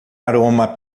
aroma